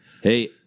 Hey